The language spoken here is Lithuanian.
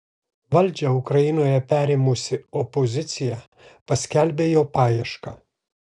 valdžią ukrainoje perėmusi opozicija paskelbė jo paiešką